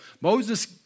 Moses